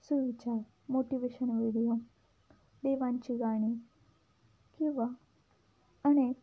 सुविचार motivation video देवांची गाणी किंवा अनेक